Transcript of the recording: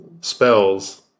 spells